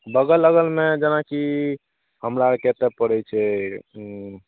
बगल अगलमे जेनाकि हमरा आओरके एतए पड़ै छै